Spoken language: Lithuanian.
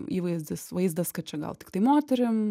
įvaizdis vaizdas kad čia gal tiktai moterim